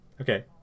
Okay